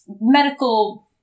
Medical